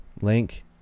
link